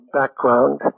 background